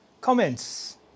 Comments